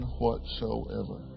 whatsoever